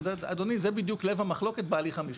אז אדוני, זה בדיוק לב המחלוקת בהליך המשפטי.